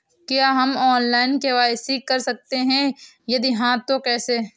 क्या हम online KYC कर सकते हैं यदि हाँ तो कैसे?